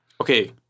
Okay